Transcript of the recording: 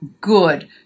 good